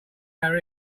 our